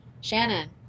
Shannon